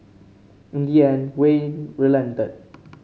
in the end Wayne relented